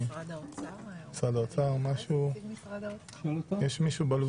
משרד האוצר, נמצא בזום,